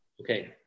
Okay